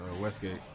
Westgate